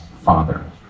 father